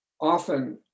often